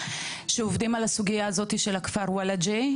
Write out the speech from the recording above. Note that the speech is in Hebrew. שעובדים על הסוגייה הזאת של הכפר וולאג'ה.